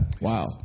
Wow